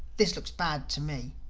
this looks bad to me.